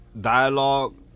dialogue